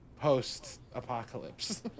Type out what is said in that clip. post-apocalypse